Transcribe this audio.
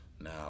now